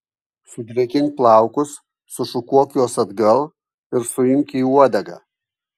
sudrėkink plaukus sušukuok juos atgal ir suimk į uodegą